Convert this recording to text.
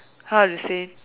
how to say